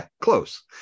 Close